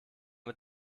mit